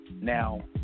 now